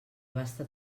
abasta